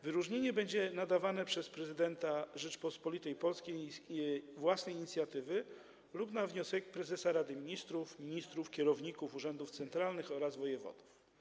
Wyróżnienie będzie nadawane przez prezydenta Rzeczypospolitej Polskiej z własnej inicjatywy lub na wniosek prezesa Rady Ministrów, ministrów, kierowników urzędów centralnych oraz wojewodów.